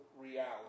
reality